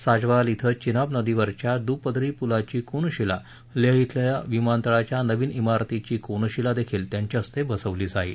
साजवाल क्वें चिनाब नदीवरच्या दुपदरी पुलाची कोनशिला लेह कें विमानतळाच्या नवीन मारतीची कोनशिला देखील त्यांच्या हस्ते बसवली जाईल